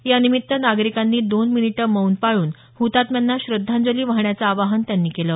यानिमित्त नागरिकांनी दोन मिनिट मौन पाळून हृतात्म्यांना श्रद्धांजली वाहण्याचं आवाहन त्यांनी केलं